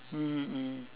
mmhmm mm